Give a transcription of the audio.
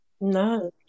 no